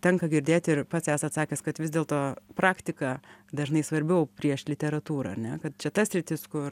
tenka girdėti ir pats esat sakęs kad vis dėlto praktika dažnai svarbiau prieš literatūrą ar ne kad čia ta sritis kur